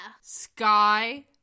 Sky